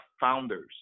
founders